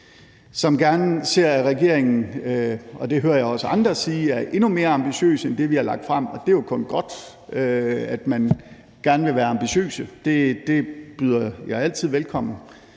som gerne ser, at regeringen – og det hører jeg også andre sige – er endnu mere ambitiøse end det, vi har lagt frem. Og det er jo kun godt, at man gerne vil være ambitiøs – det byder jeg altid velkommen.